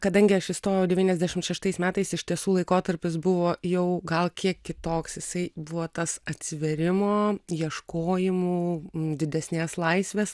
kadangi aš įstojau devyniasdešimt šeštais metais iš tiesų laikotarpis buvo jau gal kiek kitoks jisai buvo tas atsivėrimo ieškojimų didesnės laisvės